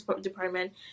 department